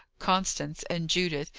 constance, and judith,